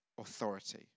authority